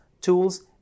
tools